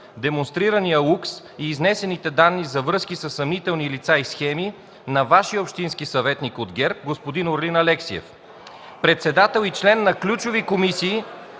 демонстрирания лукс и изнесените данни за връзки със съмнителни лица и схеми на общинския съветник от ГЕРБ – господин Орлин Алексиев, председател и член на ключови комисии